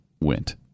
went